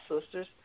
sisters